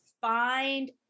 find